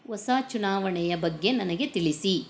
ಹೊಸ ಚುನಾವಣೆಯ ಬಗ್ಗೆ ನನಗೆ ತಿಳಿಸಿ